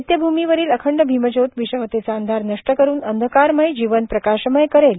चैत्यभूमीवरील अखंड भीमज्योत विषमतेचा अंधार नष्ट करुन अंधकारमय जीवन प्रकाशमय करेल